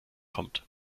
kommt